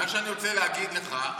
מה שאני רוצה להגיד לך,